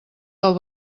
del